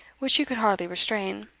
which she could hardly restrain.